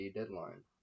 deadline